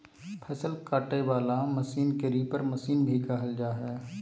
फसल काटे वला मशीन के रीपर मशीन भी कहल जा हइ